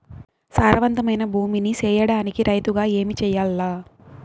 సారవంతమైన భూమి నీ సేయడానికి రైతుగా ఏమి చెయల్ల?